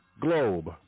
globe